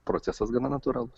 procesas gana natūralus